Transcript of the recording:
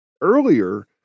earlier